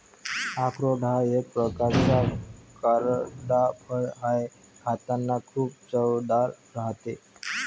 अक्रोड हा एक प्रकारचा कोरडा फळ आहे, खातांना खूप चवदार राहते